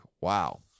Wow